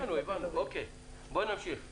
הבנו, נמשיך ב-4.